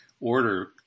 order